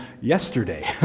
yesterday